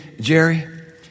Jerry